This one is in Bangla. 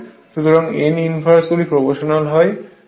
সুতরাং n ইনভার্সলি প্রপ্রোশনাল হয়